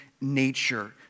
nature